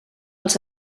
els